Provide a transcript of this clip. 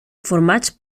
formats